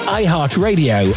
iHeartRadio